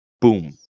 boom